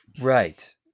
Right